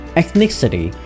ethnicity